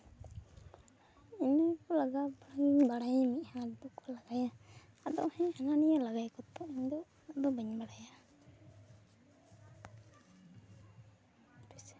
ᱤᱱᱟᱹ ᱯᱚᱨᱮ ᱵᱟᱲᱟᱭᱤᱧ ᱢᱮᱫᱼᱦᱟᱸ ᱨᱮᱫᱚ ᱠᱚ ᱞᱟᱜᱟᱭᱟ ᱟᱫᱚ ᱦᱮᱸ ᱦᱟᱱᱟ ᱱᱤᱭᱟᱹ ᱞᱟᱜᱟᱭᱟᱠᱚ ᱛᱚ ᱤᱧ ᱫᱚ ᱩᱱᱟᱹᱜ ᱫᱚ ᱵᱟᱹᱧ ᱵᱟᱲᱟᱭᱟ